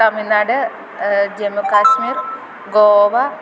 Tamil Nadu Jammu Kashmir Goa